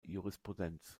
jurisprudenz